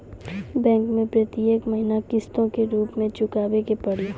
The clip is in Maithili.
बैंक मैं प्रेतियेक महीना किस्तो के रूप मे चुकाबै के पड़ी?